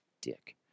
Dick